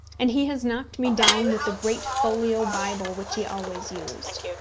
and he has knocked me down with the great folio bible which he always used.